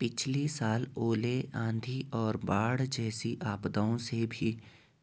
पिछली साल ओले, आंधी और बाढ़ जैसी आपदाओं से भी